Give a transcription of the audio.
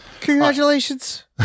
Congratulations